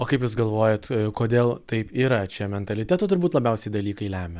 o kaip jūs galvojat kodėl taip yra čia mentaliteto turbūt labiausiai dalykai lemia